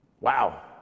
Wow